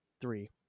three